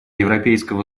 европейского